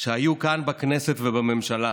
שהיו כאן בכנסת ובממשלה